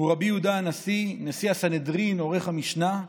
הוא רבי יהודה הנשיא, נשיא הסנהדרין ועורך המשנה,